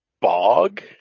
bog